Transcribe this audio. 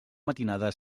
matinada